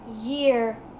year